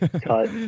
Cut